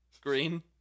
Green